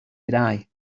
eye